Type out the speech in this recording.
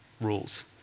rules